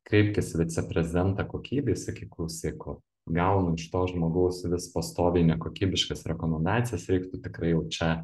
kreipkis į viceprezidentą kokybei sakyk klausyk o gaunu iš to žmogaus vis pastoviai nekokybiškas rekomendacijas reiktų tikrai jau čia